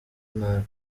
nabi